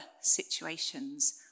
situations